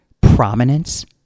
prominence